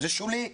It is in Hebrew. זה שולי.